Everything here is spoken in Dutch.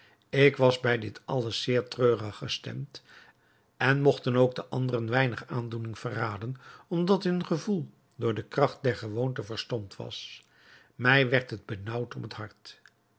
ik was bij dit alles zeer treurig gestemd en mogten ook de anderen weinig aandoening verraden omdat hun gevoel door de kracht der gewoonte verstompt was mij werd het benaauwd om het hart